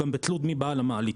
גם בתלות מי בעל המעלית.